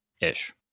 Ish